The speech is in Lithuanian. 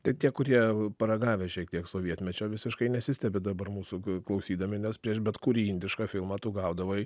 tai tie kurie paragavę šiek tiek sovietmečio visiškai nesistebi dabar mūsų klausydami nes prieš bet kurį indišką filmą tu gaudavai